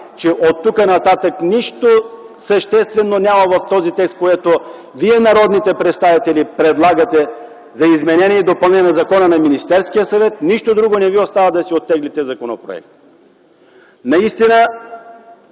че оттук нататък нищо съществено няма в този текст, който вие, народните представители предлагате за изменение и допълнение в закона на Министерския съвет, нищо друго не ви остава да си оттеглите законопроекта. Наистина